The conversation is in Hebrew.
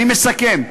אני מסכם.